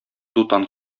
дутан